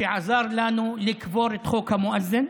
שעזרו לנו לקבור את חוק המואזין,